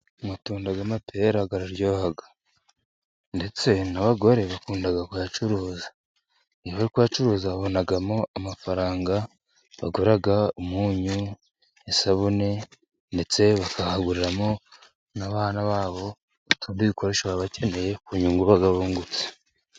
Amatunda y'amapera araryoha. Ndetse n'abagore bakunda kuyacuruza. Iyo barimo kuyacuruza babonamo amafaranga bagura umunyu, isabune ndetse bakanaguriramo abana babo utundi dukoresho baba bakeneye, ku nyungu baba bungutse.